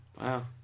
Wow